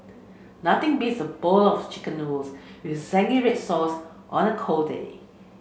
nothing beats a bowl of chicken noodles with zingy red sauce on a cold day